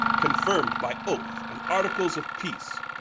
confirm'd by oath and articles of peace,